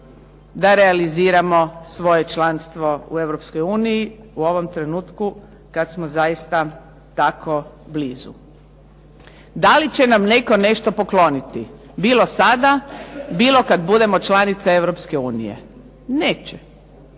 da realiziramo svoje članstvo u Europskoj uniji u ovom trenutku kad smo zaista tako blizu. Da li će nam netko nešto pokloniti, bilo sada, bilo kad budemo članica Europske